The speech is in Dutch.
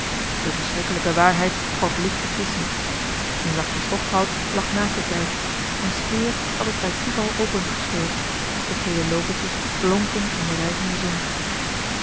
de verschrikkelijke waarheid valt licht te gissen een zakje stofgoud lag naast het lijk eene speer had het bij toeval opengescheurd de gele loovertjes blonken in de rijzende zon